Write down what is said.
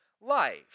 life